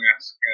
ask